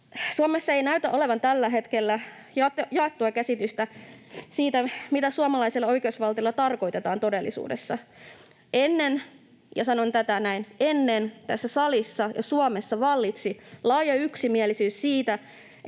Suomessa ei näytä olevan tällä hetkellä jaettua käsitystä siitä, mitä suomalaisella oikeusvaltiolla tarkoitetaan todellisuudessa. Ennen — ja sanon näin tätä ennen — tässä salissa ja Suomessa vallitsi laaja yksimielisyys siitä,